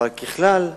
אבל ככלל,